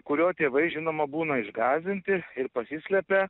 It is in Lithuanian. kurio tėvai žinoma būna išgąsdinti ir pasislepia